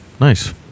nice